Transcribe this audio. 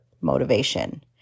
motivation